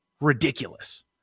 ridiculous